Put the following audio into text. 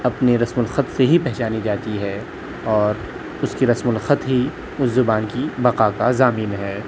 اپنے رسم الخط سے ہی پہچانی جاتی ہے اور اس کی رسم الخط ہی اس زبان کی بقا کا ضامن ہے